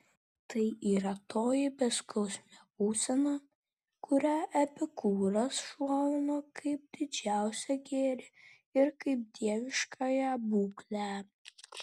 tai yra toji beskausmė būsena kurią epikūras šlovino kaip didžiausią gėrį ir kaip dieviškąją būklę